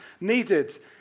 needed